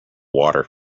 water